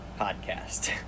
podcast